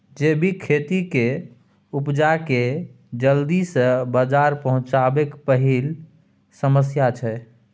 जैबिक खेती केर उपजा केँ जल्दी सँ बजार पहुँचाएब पहिल समस्या छै